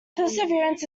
perseverance